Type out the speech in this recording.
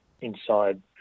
inside